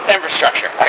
Infrastructure